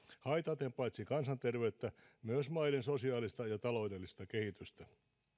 haitaten paitsi kansanterveyttä myös maiden sosiaalista ja taloudellista kehitystä